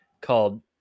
called